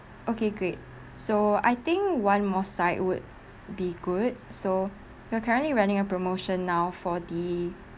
okay great so I think one more side would be good so we're currently running a promotion now for the